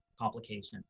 complications